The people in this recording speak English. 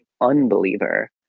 unbeliever